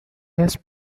had